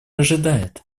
ожидает